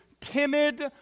timid